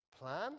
plan